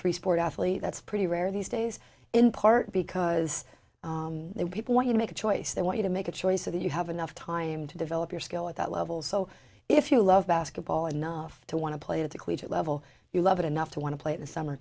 three sport athlete that's pretty rare these days in part because there are people when you make a choice they want you to make a choice so that you have enough time to develop your skill at that level so if you love basketball enough to want to play at the level you love it enough to want to play in the summer